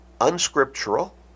unscriptural